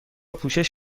پوشش